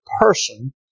person